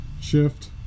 shift